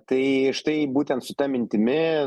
tai štai būtent su ta mintimi